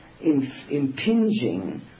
impinging